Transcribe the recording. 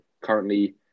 currently